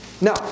Now